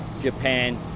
Japan